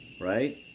right